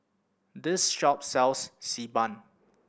this shop sells Xi Ban